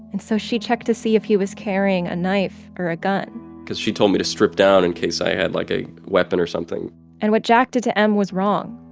and so she checked to see if he was carrying a knife or a gun cause she told me to strip down in case i had, like, a weapon or something and what jack did to m was wrong.